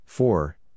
Four